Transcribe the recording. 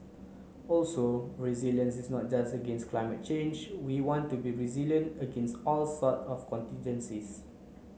also resilience is not just against climate change we want to be resilient against all sorts of contingencies